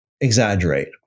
exaggerate